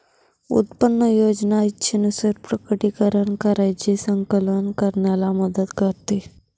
उत्पन्न योजना इच्छेनुसार प्रकटीकरण कराची संकलन करण्याला मदत करते